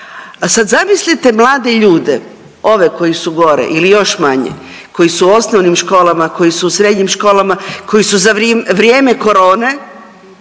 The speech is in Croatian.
a sad zamislite mlade ljude ove koji su gore ili još manje koji su u osnovnim školama, koji su srednjim školama, koji su za vrijeme korone